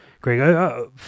Greg